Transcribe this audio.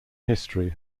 history